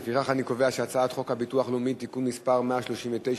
לפיכך אני קובע שהצעת חוק הביטוח הלאומי (תיקון מס' 139),